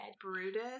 Brutus